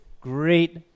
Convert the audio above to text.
great